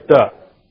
up